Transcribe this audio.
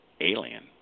Alien